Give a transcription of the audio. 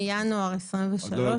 מינואר 2023. היה עדכון.